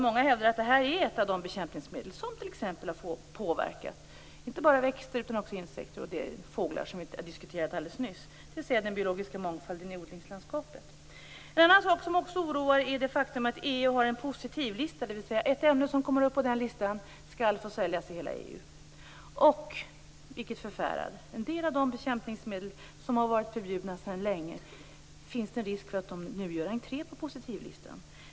Många hävdar att detta är ett av de bekämpningsmedel som t.ex. har påverkat inte bara växter utan också insekter och fåglar som vi diskuterade alldeles nyss, dvs. den biologiska mångfalden i odlingslandskapet. En annan sak som också oroar är det faktum att EU har en positivlista, dvs. ett ämne som kommer upp den listan skall få säljas i hela EU. Och, vilket förfärar, det finns en risk för att en del av de bekämpningsmedel som har varit förbjudna sedan länge nu gör entré på positivlistan.